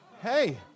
Hey